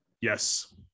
Yes